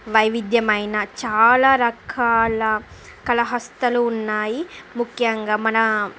వైవిధ్యమైన చాలా రకాల హస్తకళలు ఉన్నాయి ముఖ్యంగా